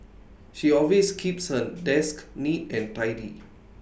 she always keeps her desk neat and tidy